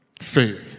faith